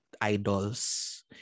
idols